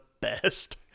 best